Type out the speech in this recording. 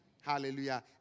Hallelujah